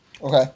Okay